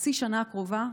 בחצי שנה הקרובה,